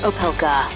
Opelka